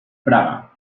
fraga